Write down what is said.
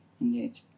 indeed